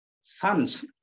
sons